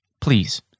Please